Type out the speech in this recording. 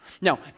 Now